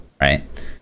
right